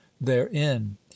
therein